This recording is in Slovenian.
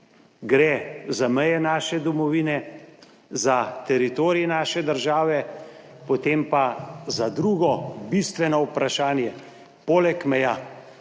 Gre za meje naše domovine, za teritorij naše države, potem pa za drugo bistveno vprašanje poleg meja,